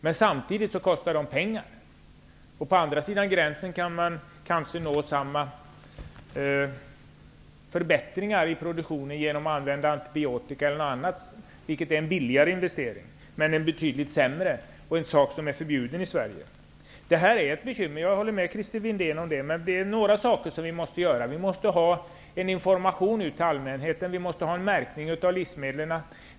Men samtidigt kostar de pengar, och på andra sidan gränsen kan man kanske nå samma förbättringar i produktionen genom att använda antibiotika eller något annat som innebär en billigare investering men som är betydligt sämre och som är förbjudet i Sverige. Det här är ett bekymmer. Det håller jag med Christer Windén om. Men det är några saker som vi måste göra. Vi måste ge information till allmänheten, och vi måste ha en märkning av livsmedlen.